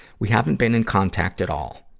we haven't been in contact at all.